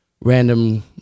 random